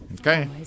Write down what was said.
Okay